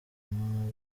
numa